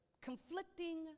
conflicting